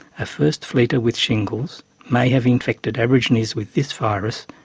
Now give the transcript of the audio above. a first fleeter with shingles may have infected aborigines with this virus,